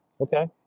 Okay